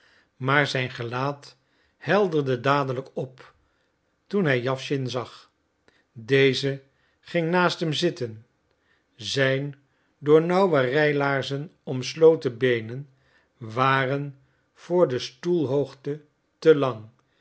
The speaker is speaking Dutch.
maar zijn gelaat helderde dadelijk op toen hij jawschin zag deze ging naast hem zitten zijn door nauwe rijlaarzen omsloten beenen waren voor de stoelhoogte te lang